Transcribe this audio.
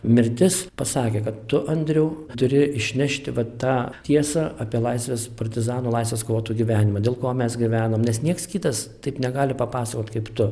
mirtis pasakė kad tu andriau turi išnešti va tą tiesą apie laisvės partizanų laisvės kovotojų gyvenimą dėl ko mes gyvenom nes nieks kitas taip negali papasakot kaip tu